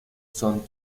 son